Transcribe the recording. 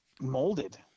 molded